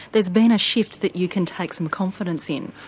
there's been a shift that you can take some confidence in?